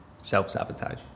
self-sabotage